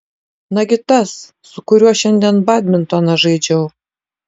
nagi tas su kuriuo šiandien badmintoną žaidžiau